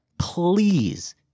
Please